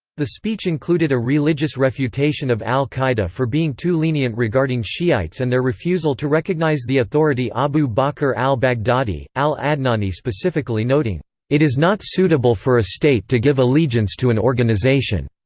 the speech included a religious refutation of al-qaeda for being too lenient regarding shiites and their refusal to recognize the authority abu bakr al-baghdadi, al-adnani specifically noting noting it is not suitable for a state to give allegiance to an organization.